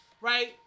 Right